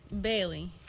Bailey